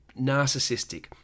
narcissistic